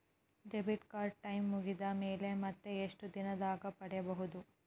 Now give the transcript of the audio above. Debit card time ಮುಗಿದ ಮೇಲೆ ಮತ್ತೆ ಎಷ್ಟು ದಿನದಾಗ ಪಡೇಬೋದು?